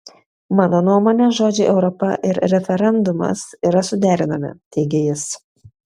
mano nuomone žodžiai europa ir referendumas yra suderinami teigė jis